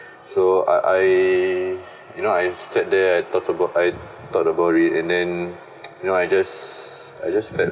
so I I you know I sat there I thought about I thought about it and then you know I just I just felt